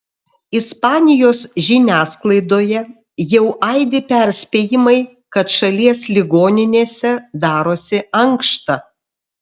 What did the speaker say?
ispanijos žiniasklaidoje jau aidi perspėjimai kad šalies ligoninėse darosi ankšta